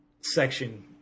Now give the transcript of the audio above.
Section